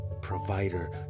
Provider